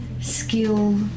skill